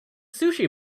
sushi